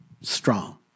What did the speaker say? strong